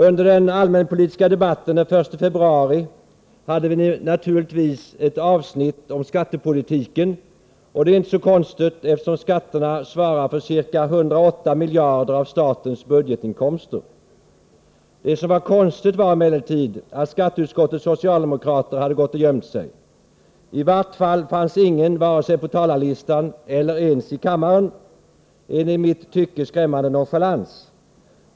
Under den allmänpolitiska debatten den 1 februari hade vi naturligtvis ett avsnitt om skattepolitiken, och det är ju inte så konstigt, eftersom skatterna svarar för ca 180 miljarder av statens budgetinkomster. Det som var konstigt var emellertid att skatteutskottets socialdemokrater hade gått och gömt sig. I varje fall fanns ingen vare sig på talarlistan eller ens i kammaren — en i mitt tycke skrämmande nonchalans.